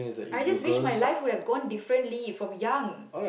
I just wish my life would have gone differently from young